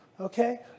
Okay